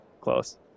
close